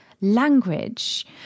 language